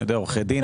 עורכי דין,